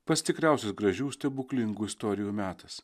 pats tikriausias gražių stebuklingų istorijų metas